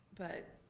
but